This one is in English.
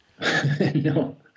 No